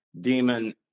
Demon